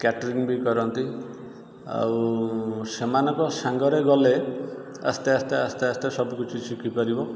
catering ବି କରନ୍ତି ଆଉ ସେମାନଙ୍କ ସାଙ୍ଗରେ ଗଲେ ଆସ୍ତେ ଆସ୍ତେ ଆସ୍ତେ ଆସ୍ତେ ସବୁକିଛି ଶିଖିପାରିବ